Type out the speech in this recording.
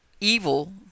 evil